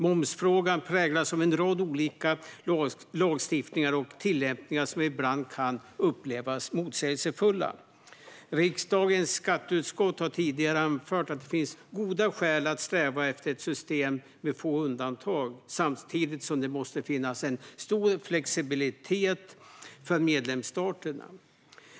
Momsfrågan präglas av en rad olika lagstiftningar och tillämpningar som ibland kan upplevas som motsägelsefulla. Riksdagens skatteutskott har tidigare anfört att det finns goda skäl att sträva efter ett system med få undantag samtidigt som det måste finnas stor flexibilitet för medlemsstaterna.